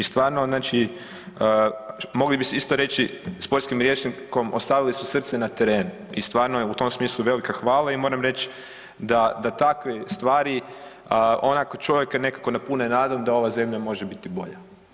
I stvarno znači mogli bi isti reći sportskim rječnikom ostavili su srce na terenu i stvarno je u tom smislu velika hvala i moram reći da takve stvari onako čovjeka nekako napune nadom da ova zemlja može biti bolja.